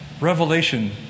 Revelation